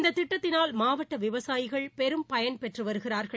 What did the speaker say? இந்ததிட்டத்தினால் மாவட்டவிவசாயிகள் பெரும் பயன்பெற்றுவருகிறார்கள்